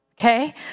Okay